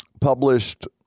published